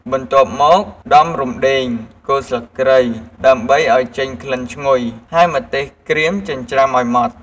បន្ទាប់មក ដំរំដេង គល់ស្លឹកគ្រៃ ដើម្បីឲ្យចេញក្លិនឈ្ងុយ ហើយម្ទេសក្រៀមចិញ្រ្ចាំឲ្យម៉ត់។